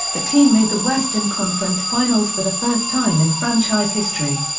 the team made the western conference finals for the first time in franchise history.